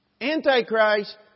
Antichrist